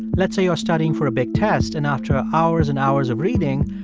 let's say you're studying for a big test. and after hours and hours of reading,